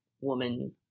woman